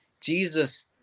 Jesus